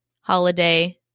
holiday